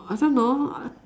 I don't know